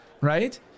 right